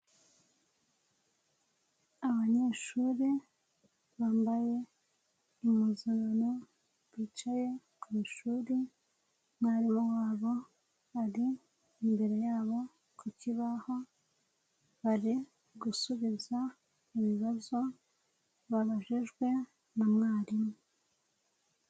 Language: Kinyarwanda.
Abanyeshuri bambaye impuzankano bicaye ku ishuri, umwarimu wabo ari imbere yabo ku kibaho, bari gusubiza ibibazo babajijwe na mwarimu.